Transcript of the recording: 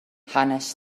hanes